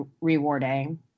rewarding